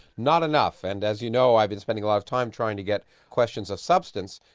not enough. and as you know i've been spending a lot of time trying to get questions of substance,